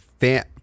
fan